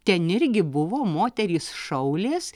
ten irgi buvo moterys šaulės